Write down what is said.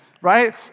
right